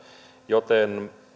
joten